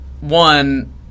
one